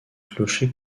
clocher